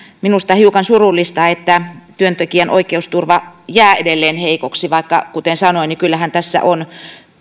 minusta hiukan surullista että työntekijän oikeusturva jää edelleen heikoksi vaikka kuten sanoin kyllähän tässä on